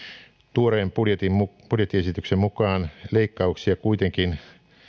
tuoreen budjettiesityksen mukaan leikkauksia kuitenkin